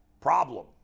problem